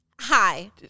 hi